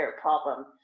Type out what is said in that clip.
problem